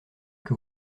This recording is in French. que